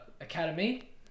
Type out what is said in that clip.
academy